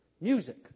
music